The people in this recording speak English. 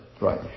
Right